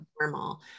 normal